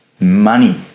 Money